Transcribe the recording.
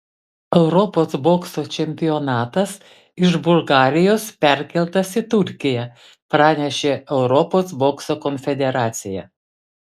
europos bokso čempionatas iš bulgarijos perkeltas į turkiją pranešė europos bokso konfederacija